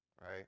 right